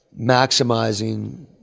maximizing